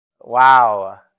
wow